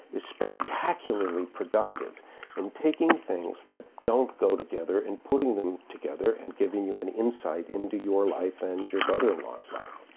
is spectacularly productive in taking things that don't go together and putting them together and giving you an insight into your life and your brother-in-law's life.